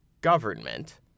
government